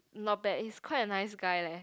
not bad he's quite a nice guy leh